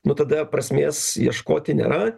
nu tada prasmės ieškoti nėra